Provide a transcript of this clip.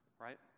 right